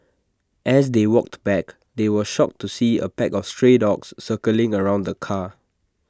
as they walked back they were shocked to see A pack of stray dogs circling around the car